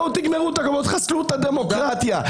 תגמרו, תחסלו את הדמוקרטיה.